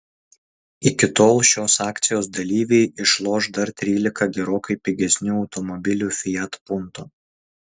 iki tol šios akcijos dalyviai išloš dar trylika gerokai pigesnių automobilių fiat punto